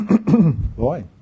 Boy